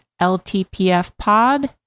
LTPFpod